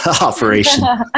operation